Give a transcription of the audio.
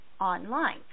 online